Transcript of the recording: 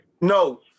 no